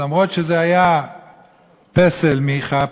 למרות שזה היה פסל מיכה,